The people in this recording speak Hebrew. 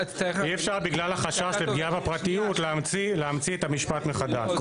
אי אפשר בגלל החשש לפגיעה בפרטיות להמציא את המשפט מחדש.